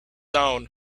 own